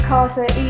Carter